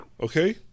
Okay